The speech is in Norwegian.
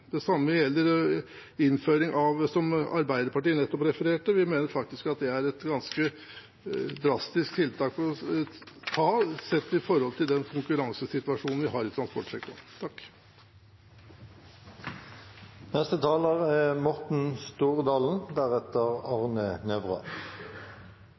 Det samme gjelder innføring av det påbudet som Arbeiderpartiet nettopp refererte til. Vi mener faktisk at det er et ganske drastisk tiltak å ta, sett i forhold til den konkurransesituasjonen vi har i transportsektoren.